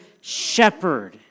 shepherd